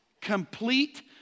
complete